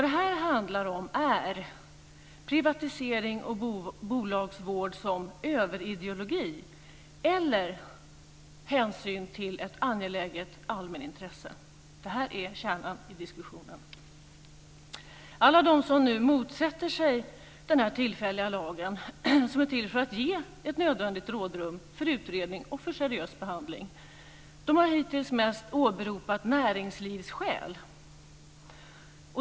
Detta handlar om privatisering och bolagsvård som överideologi eller hänsyn till ett angeläget allmänintresse. Det här är kärnan i diskussionen. Alla de som motsätter sig den tillfälliga lagen som är till för att ge ett nödvändigt rådrum för utredning och seriös behandling har hittills mest åberopat näringlivsskäl.